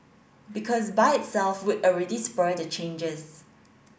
because by itself would already spur the changes